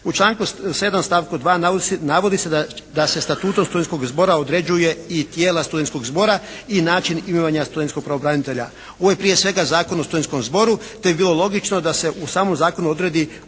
U članku 7. stavku 2. navodi se da se statutom studentskoga zbora određuje i tijela studentskog zbora i način imenovanja studentskog pravobranitelja. Ovo je prije svega Zakon o studentskom zboru te bi bilo logično da se u samom Zakonu odredi